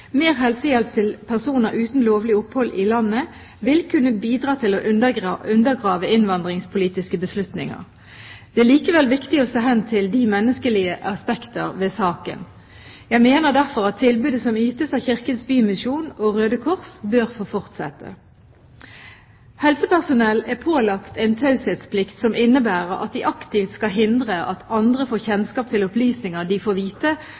Mer helsehjelp til personer uten lovlig opphold i landet vil kunne bidra til å undergrave innvandringspolitiske beslutninger. Det er likevel viktig å se hen til de menneskelige aspekter ved saken. Jeg mener derfor at tilbudet som ytes av Kirkens Bymisjon og Røde Kors, bør få fortsette. Helsepersonell er pålagt en taushetsplikt som innebærer at de aktivt skal hindre at andre får kjennskap til opplysninger de får vite